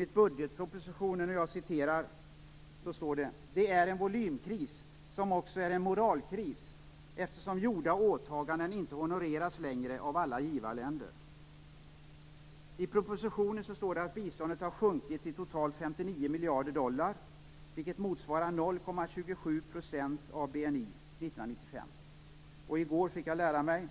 I budgetpropositionen står det: "Det är en volymkris som också är en moralkris, eftersom gjorda åtaganden inte honoreras längre av alla givarländer." I propositionen står det att biståndet har sjunkit till totalt 59 miljarder dollar, vilket motsvarar 0,27 % av BNI 1995. I går fick jag lära mig